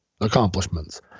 accomplishments